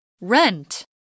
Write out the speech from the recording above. Rent